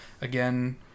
Again